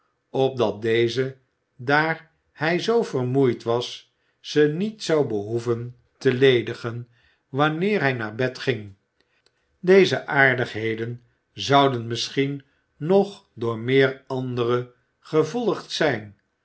opdat deze daar hij zoo vermoeid was ze niet zou behoeven te ledigen wanneer hij naar bed ging deze aardigheden zouden misschien nog door meer andere gevolgd zijn